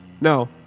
No